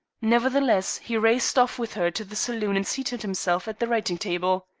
nevertheless, he raced off with her to the saloon and seated himself at the writing-table.